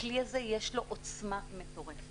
לכלי הזה יש עוצמה מטורפת.